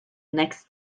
next